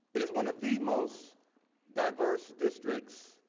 it's one of the most diverse districts,